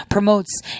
promotes